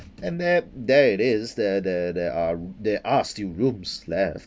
and that there it is there there there are there are still rooms left